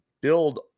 build